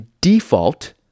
default